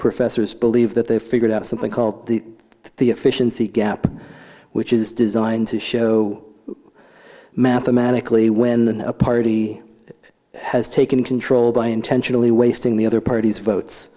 professors believe that they've figured out something called the the efficiency gap which is designed to show mathematically when a party has taken control by intentionally wasting the other party's votes